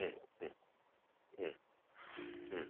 उम उम उम उम